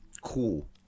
Cool